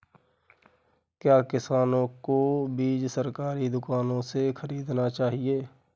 क्या किसानों को बीज सरकारी दुकानों से खरीदना चाहिए?